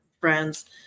friends